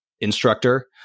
instructor